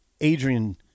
Adrian –